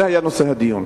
זה היה נושא הדיון.